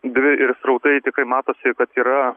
dvi ir srautai tikrai matosi kad yra